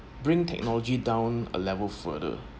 bring technology down a level further